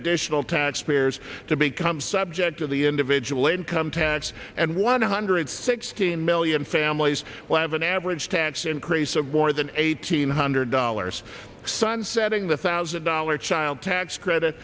additional taxpayers to become subject of the individual income tax and one hundred sixteen million families will have an average tax increase of more than eighteen hundred dollars sunsetting the thousand dollar child tax credit